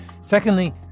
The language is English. Secondly